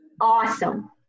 Awesome